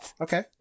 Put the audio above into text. Okay